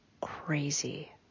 crazy